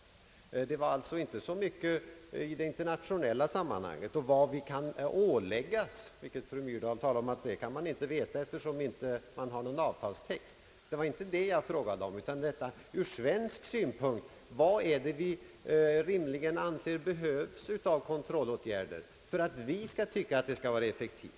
Jag frågade följaktligen inte så mycket om det internationella sammanhanget och vad vi där kan bli ålagda — något som fru Myrdal säger att man inte kan veta eftersom det inte finns en avtalstext — utan om de kontrollåtgärder vi ur svensk synpunkt anser rimligen behövas för att vi skall finna kontrollen effektiv.